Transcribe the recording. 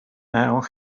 now